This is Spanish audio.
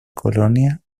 colonia